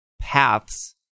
paths